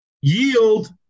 yield